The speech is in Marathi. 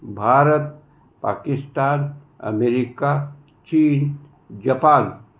भारत पाकिस्तान अमेरिका चीन जपान